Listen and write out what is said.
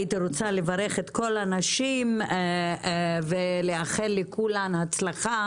הייתי רוצה לברך את כל הנשים ולאחל לכולן הצלחה